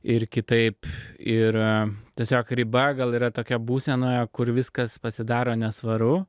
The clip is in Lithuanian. ir kitaip yra tiesiog riba gal yra tokia būsenoje kur viskas pasidaro nesvaru